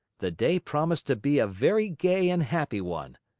the day promised to be a very gay and happy one,